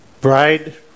bride